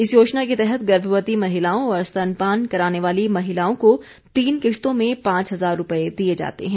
इस योजना के तहत गर्भवती महिलाओं और स्तनपान कराने वाली महिलाओं को तीन किश्तों में पांच हजार रुपए दिए जाते हैं